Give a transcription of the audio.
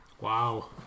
wow